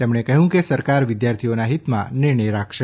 તેમણે કહ્યું કે સરકાર વિદ્યાર્થીઓના હિતમાં નિર્ણય રાખશે